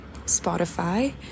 Spotify